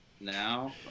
Now